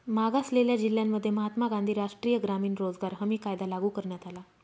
मागासलेल्या जिल्ह्यांमध्ये महात्मा गांधी राष्ट्रीय ग्रामीण रोजगार हमी कायदा लागू करण्यात आला